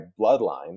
bloodline